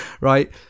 Right